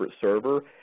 server